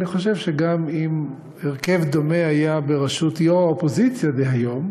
אני חושב שגם אם הרכב דומה היה בראשות יו"ר האופוזיציה דהיום,